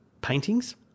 paintings